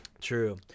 True